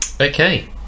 okay